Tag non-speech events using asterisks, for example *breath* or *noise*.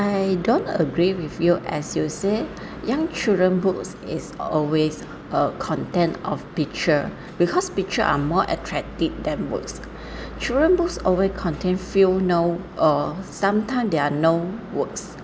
I don't agree with you as you say *breath* young children books is always uh contain of picture because picture are more attractive than words *breath* children books always contain few no uh sometime there are no words